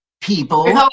people